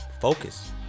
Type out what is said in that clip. focus